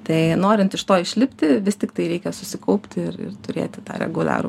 tai norint iš to išlipti vis tiktai reikia susikaupti ir turėti tą reguliarų